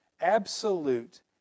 absolute